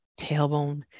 Tailbone